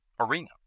arena